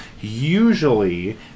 Usually